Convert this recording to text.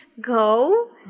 go